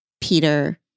Peter